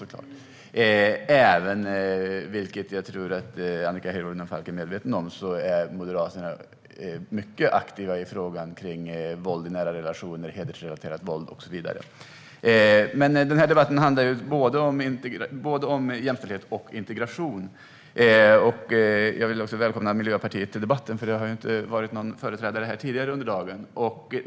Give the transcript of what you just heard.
Därtill, vilket jag tror att Annika Hirvonen Falk är medveten om, är Moderaterna mycket aktiva när det gäller våld i nära relationer, hedersrelaterat våld och så vidare. Den här debatten handlar både om jämställdhet och integration, och jag vill välkomna Miljöpartiet till debatten, för det har inte varit någon företrädare för partiet med tidigare under dagen.